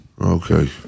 Okay